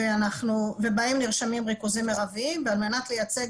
ובהם נרשמים ריכוזים מרביים ועל מנת לייצג